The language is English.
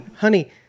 Honey